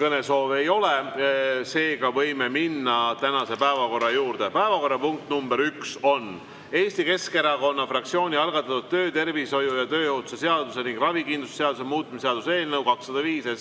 Kõnesoove ei ole. Seega võime minna tänase päevakorra juurde. Päevakorrapunkt nr 1 on Eesti Keskerakonna fraktsiooni algatatud töötervishoiu ja tööohutuse seaduse ning ravikindlustuse seaduse muutmise seaduse eelnõu 205